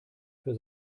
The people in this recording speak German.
für